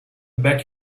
beg